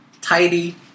Tidy